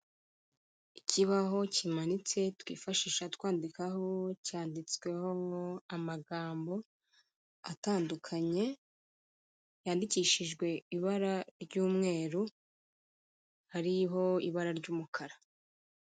Ikibaho kimanitse twifashisha twandikaho, cyanditsweho amagambo atandukanye yandikishijwe ibara ry'umweru, hariho ibara ry'umukara.